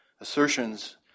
assertions